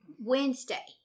Wednesday